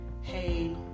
hey